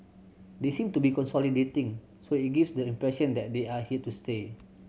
they seem to be consolidating so it gives the impression that they are here to stay